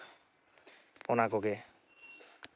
ᱚᱱᱟᱠᱚᱜᱮ